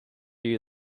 you